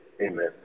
amen